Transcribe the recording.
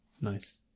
Nice